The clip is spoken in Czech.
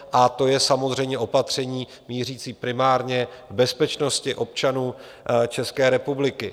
A to je samozřejmě opatření mířící primárně k bezpečnosti občanů České republiky.